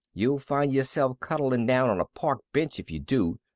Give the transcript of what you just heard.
you'll find yourself cuddling down on a park bench if you do.